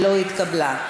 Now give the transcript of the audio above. נתקבלה.